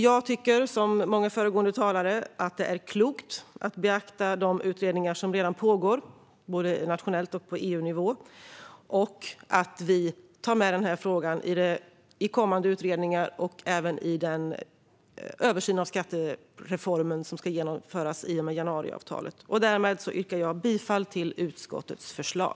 Jag tycker som många föregående talare att det är klokt att beakta de utredningar som redan pågår nationellt och på EU-nivå och att vi ska ta med den här frågan i kommande utredningar och även i den översyn av skattereformen som ska genomföras i och med januariavtalet. Därmed yrkar jag bifall till utskottets förslag.